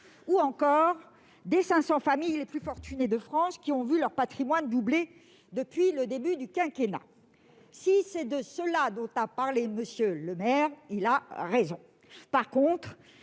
Ou encore des 500 familles les plus fortunées de France, qui ont vu leur patrimoine doubler depuis le début du quinquennat ? Si c'est de ceux-là qu'a parlé Bruno Le Maire, il a raison.